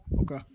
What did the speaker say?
Okay